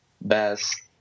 best